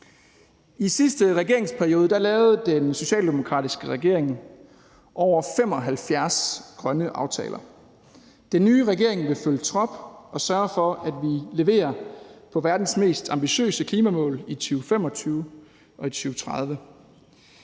I sidste regeringsperiode lavede den socialdemokratiske regering over 75 grønne aftaler. Den nye regering vil følge trop og sørge for, at vi leverer på verdens mest ambitiøse klimamål i 2025 og i 2030.